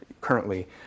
currently